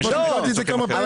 אני פשוט ראיתי את זה כמה פעמים.